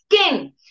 skin